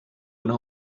una